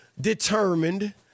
determined –